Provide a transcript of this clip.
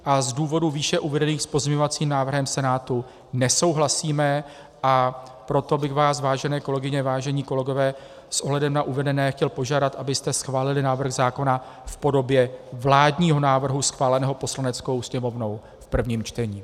A z důvodů výše uvedených s pozměňovacím návrhem Senátu nesouhlasíme, a proto bych vás, vážené kolegyně a vážené kolegové, s ohledem na uvedené, chtěl požádat, abyste schválili návrh zákona v podobě vládního návrhu schváleného Poslaneckou sněmovnou v prvním čtení.